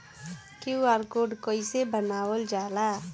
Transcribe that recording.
QR code कइसे बनवाल जाला?